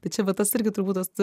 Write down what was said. tai čia va tas irgi turbūt tas